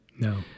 No